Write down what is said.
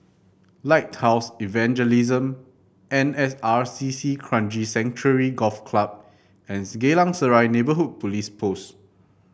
Lighthouse Evangelism N S R C C Kranji Sanctuary Golf Club and the Geylang Serai Neighbourhood Police Post